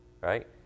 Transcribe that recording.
right